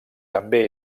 també